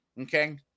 okay